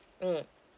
mmhmm